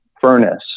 furnace